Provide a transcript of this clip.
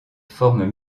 formes